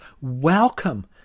welcome